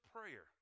prayer